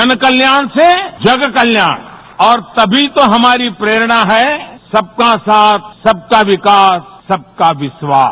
जन कल्याण से जग कल्याण और तभी तो हमारी प्रेरणा है सबका साथ सबका विकास सबका विश्वास